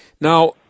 Now